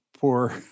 poor